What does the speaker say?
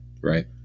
Right